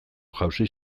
jausi